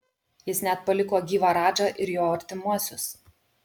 jis net paliko gyvą radžą ir jo artimuosius